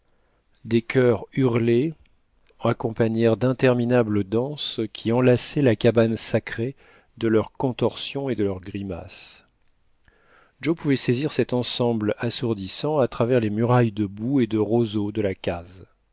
des churs hurlés accompagnèrent d'interminables danses qui enlaçaient la cabane sacrée de leurs contorsions et de leurs grimaces joe pouvait saisir cet ensemble assourdissant à travers les murailles de boue et de roseau de la case